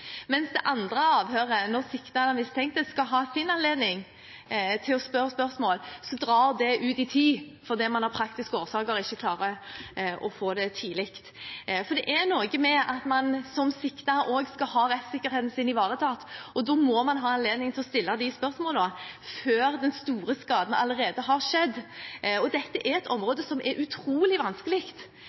mens det andre avhøret – når siktede eller mistenkte skal ha sin anledning til å stille spørsmål – drar ut i tid, fordi man av praktiske årsaker ikke klarer å få det tidlig. For det er noe med at man som siktet også skal ha rettssikkerheten sin ivaretatt, og da må man ha anledning til å stille de spørsmålene før den store skaden allerede har skjedd. Dette er et område som er utrolig vanskelig, og det vet vi som er her. Vi vet hvor vanskelig